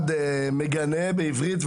אחד מגנה בעברית,